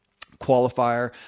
qualifier